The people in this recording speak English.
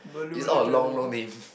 is all a long long name